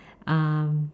um